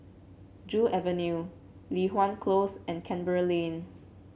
Joo Avenue Li Hwan Close and Canberra Lane